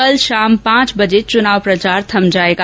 कल शाम पांच बजे चुनाव प्रचार थम जायेगा